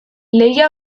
lehia